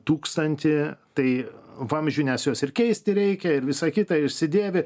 tūkstantį tai vamzdžių nes juos ir keisti reikia ir visa kita išsidėvi